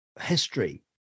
history